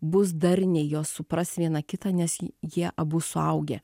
bus darniai jos supras viena kitą nes jie abu suaugę